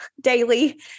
daily